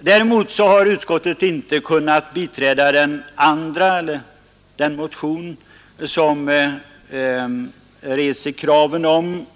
Däremot har utskottet inte kunnat biträda den motion som reser kravet om